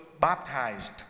baptized